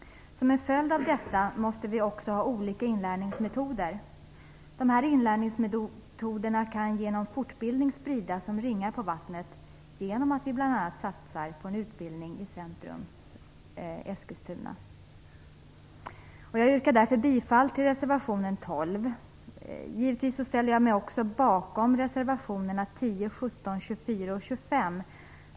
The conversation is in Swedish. Som en följd av detta måste vi också ha olika inlärningsmetoder. Dessa inlärningsmetoder kan genom fortbildning spridas som ringar på vattnet genom att vi bl.a. satsar på en utbildning vid Barnkulturcentrum i Eskilstuna. Jag yrkar därför bifall till reservation 12. Givetvis ställer jag mig också bakom reservationerna 10, 17, 24 och 25.